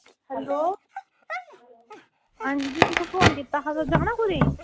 hello आं जी तुसें फोन कीता हा तुसें जाना कुदै ई